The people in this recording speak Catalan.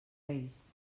reis